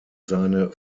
seine